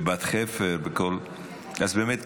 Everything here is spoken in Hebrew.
בבת חפר, אז באמת,